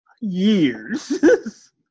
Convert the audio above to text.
years